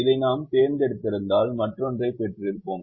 இதை நாம் தேர்ந்தெடுத்திருந்தால் மற்றொன்றைப் பெற்றிருப்போம்